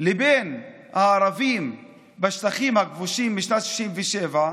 לבין הערבים בשטחים הכבושים משנת 67',